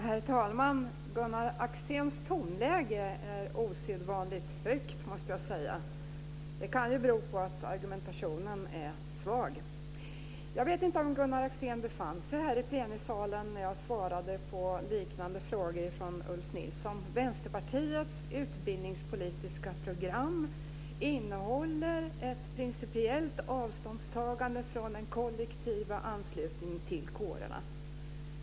Herr talman! Gunnar Axéns tonläge är osedvanligt högt, måste jag säga. Det kan ju bero på att argumentationen är svag. Jag vet inte om Gunnar Axén befann sig här i plenisalen när jag svarade på liknande frågor från Ulf Nilsson. Vänsterpartiets utbildningspolitiska program innehåller ett principiellt avståndstagande från den kollektiva anslutningen till kårerna.